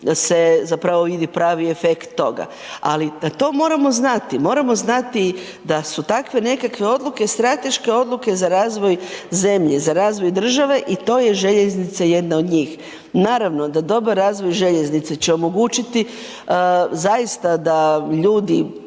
se zapravo vidi pravi efekt toga, ali to moramo znati. Moramo znati da su takve nekakve odluke strateške odluke za razvoj zemlje, za razvoj države i to je željeznica jedna od njih. Naravno da dobar razvoj željeznice će omogućiti zaista da ljudi